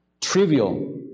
trivial